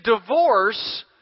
divorce